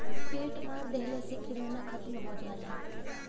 paint मार देहले से किरौना खतम हो जाला